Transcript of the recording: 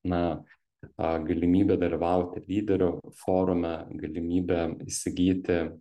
na a galimybė dalyvauti lyderių forume galimybė įsigyti